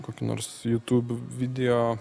kokį nors jutub video